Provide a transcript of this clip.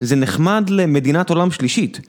זה נחמד למדינת עולם שלישית.